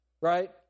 Right